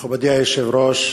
מכובדי היושב-ראש,